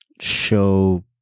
show